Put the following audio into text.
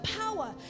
power